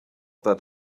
that